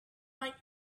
might